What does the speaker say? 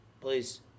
please